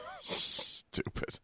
Stupid